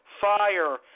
fire